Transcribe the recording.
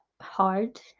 hard